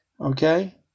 Okay